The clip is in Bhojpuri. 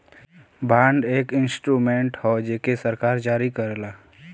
बांड एक इंस्ट्रूमेंट हौ जेके सरकार जारी करला